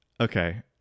Okay